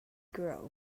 grove